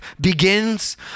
begins